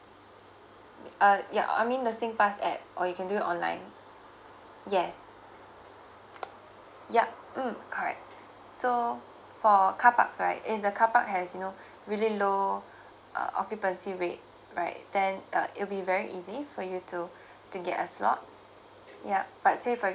uh ya I mean the singpass app or you can do it online yes yup mm correct so for car parks right if the car park has you know really low uh occupancy rate right then uh it will be very easy for you to to get a slot ya but say for